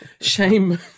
Shame